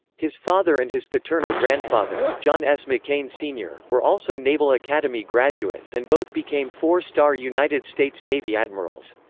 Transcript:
his father and his paternal grandfather, john s. mccain sr, were also naval academy graduates and both became four-star united states navy admirals.